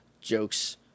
jokes